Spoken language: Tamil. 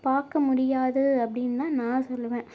பார்க்க முடியாது அப்படின்னு தான் நான் சொல்லுவன்